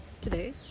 today